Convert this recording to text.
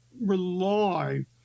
rely